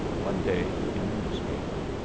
one day, in a newspaper,